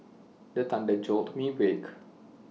the thunder jolt me wake